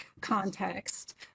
context